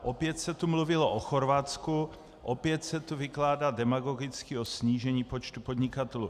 Opět se tu mluvilo o Chorvatsku, opět se tu vykládá demagogicky o snížení počtu podnikatelů.